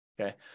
Okay